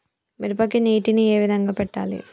మిరపకి నీటిని ఏ విధంగా పెట్టాలి?